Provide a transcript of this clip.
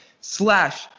slash